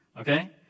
Okay